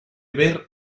ver